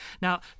Now